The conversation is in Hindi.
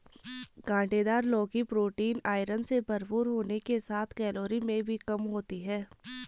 काँटेदार लौकी प्रोटीन, आयरन से भरपूर होने के साथ कैलोरी में भी कम होती है